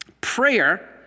Prayer